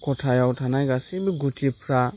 खथायाव थानाय गासैबो गुथिफ्रा